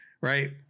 right